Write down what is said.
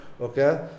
okay